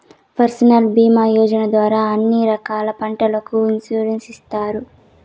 ఫసల్ భీమా యోజన ద్వారా అన్ని రకాల పంటలకు ఇన్సురెన్సు ఇత్తారు